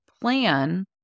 plan